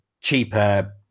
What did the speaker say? cheaper